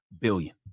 billion